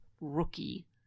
rookie